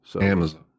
Amazon